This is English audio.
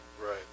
right